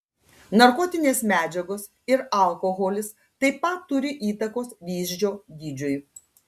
narkotinės medžiagos ir alkoholis taip pat turi įtakos vyzdžio dydžiui